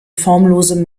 formlose